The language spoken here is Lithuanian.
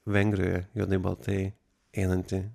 vengrijoje juodai baltai einantį